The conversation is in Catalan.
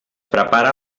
prepara